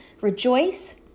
Rejoice